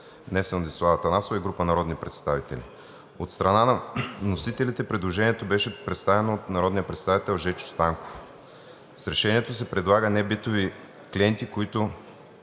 внесен от Десислава Атанасова и група народни представители. От страна на вносителите предложението беше представено от народния представител Жечо Станков. С решението се предлага небитови клиенти, които